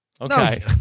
Okay